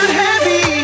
heavy